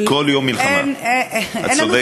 זה כל יום מלחמה, את צודקת לגמרי.